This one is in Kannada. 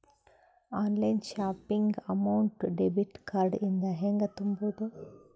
Online shopping amount debit card ಇಂದ ಹೆಂಗ್ ತುಂಬೊದು?